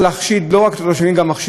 וזה מחשיד גם אותנו בעניין.